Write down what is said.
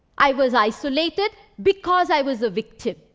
i was isolated, because i was a victim.